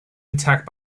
attacked